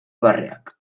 barreak